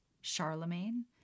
charlemagne